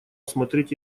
смотреть